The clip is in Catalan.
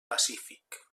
pacífic